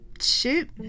Shoot